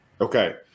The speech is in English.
Okay